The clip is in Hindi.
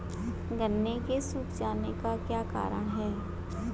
गन्ने के सूख जाने का क्या कारण है?